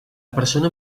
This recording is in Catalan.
persona